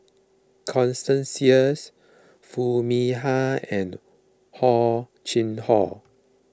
Constance Sheares Foo Mee Har and Hor Chim Hor